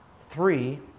three